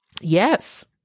Yes